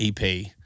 EP